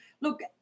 look